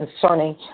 concerning